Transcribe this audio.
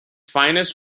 finest